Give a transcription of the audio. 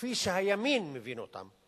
כפי שהימין מבין אותן.